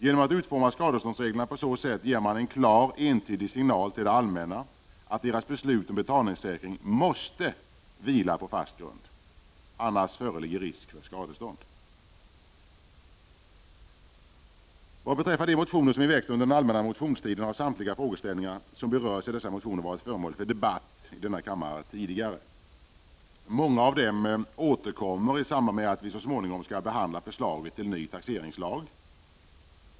Genom att utforma skadeståndsreglerna på så sätt ger man en klar entydig signal till det allmänna att dess beslut om betalningssäkring måste vila på fast grund — annars föreligger risk för skadestånd. Vad beträffar de motioner som vi väckt under den allmänna motionstiden har samtliga frågeställningar som berörs i dessa motioner tidigare varit föremål för debatt i denna kammare. Många av dem återkommer i samband med att vi så småningom skall behandla förslaget till ny taxeringslag.